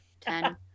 ten